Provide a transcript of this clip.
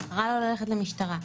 בחרה לא ללכת למשטרה.